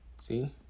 See